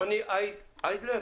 רני איידלר,